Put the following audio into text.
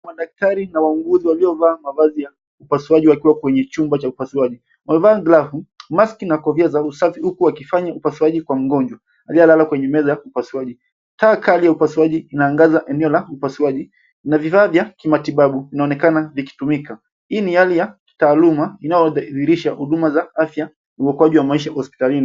Madaktari na wauguzi waliovaa mavazi ya upasuaji wakiwa kwenye chumba cha upasuaji. Wamevaa glavu, (cs) mask (cs) na kofia za usafi huku wakifanya upasuaji kwa mgonjwa aliyelala kwenye meza ya upasuaji. Kaa kali ya upasuaji inaangaza eneo la upasuaji na vifaa vya kimatibabu vinaonekana vikitumika. Hii ni hali ya kitaaluma inayodhihirisha huduma za afya, uokoaji wa maisha huko hospitalini.